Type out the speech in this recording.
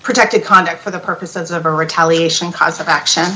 protected conduct for the purposes of retaliation cause of action